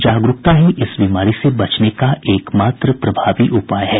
जागरूकता ही इस बीमारी से बचने का एक मात्र प्रभावी उपाय है